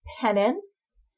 penance